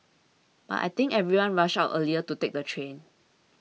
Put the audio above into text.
but I think everyone rushed out earlier to take the train